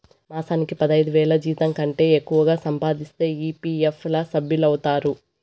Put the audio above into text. మాసానికి పదైదువేల జీతంకంటే ఎక్కువగా సంపాదిస్తే ఈ.పీ.ఎఫ్ ల సభ్యులౌతారు